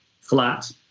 flat